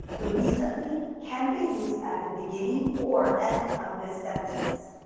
the recently can be used at the beginning or end of this sentence.